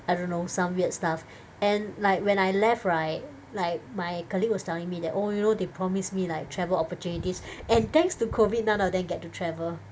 I don't know some weird stuff and like when I left right like my colleague was telling me that oh you know they promised me like travel opportunities and thanks to COVID none of them get to travel